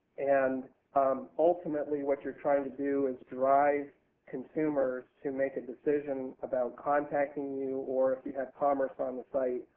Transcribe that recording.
and um ultimately, what youire trying to do is drive consumers to make a decision about contacting you or, if you have commerce on the site,